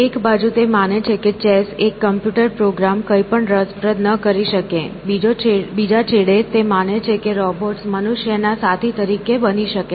એક બાજુ તે માને છે કે ચેસ એક કમ્પ્યુટર પ્રોગ્રામ કંઇપણ રસપ્રદ ન કરી શકે બીજા છેડે તે માને છે કે રોબોટ્સ મનુષ્યના સાથી બની શકે છે